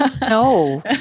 No